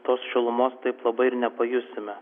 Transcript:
tos šilumos taip labai ir nepajusime